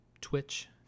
Twitch